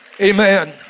Amen